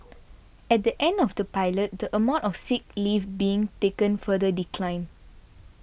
at the end of the pilot the amount of sick leave being taken further declined